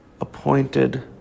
appointed